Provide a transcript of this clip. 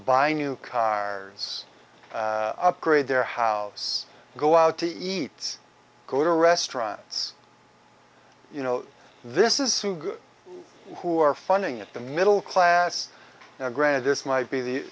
buy new cars upgrade their house go out to eat go to restaurants you know this is who are funding it the middle class now granted this might be the